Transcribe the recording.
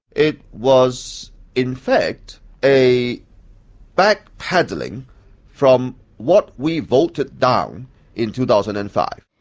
it was in fact a back-pedalling from what we voted down in two thousand and five.